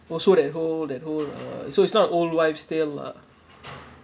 oh so that whole that whole uh so it's not old wives tale lah